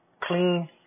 clean